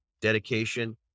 dedication